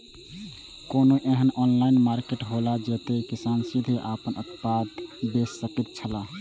कोनो एहन online market हौला जते किसान सीधे आपन उत्पाद बेच सकेत छला?